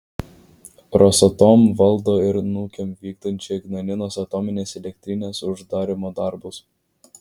rosatom valdo ir nukem vykdančią ignalinos atominės elektrinės uždarymo darbus